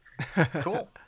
Cool